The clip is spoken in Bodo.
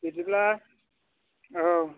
बिदिब्ला औ